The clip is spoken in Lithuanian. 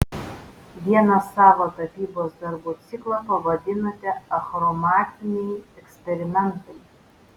vieną savo tapybos darbų ciklą pavadinote achromatiniai eksperimentai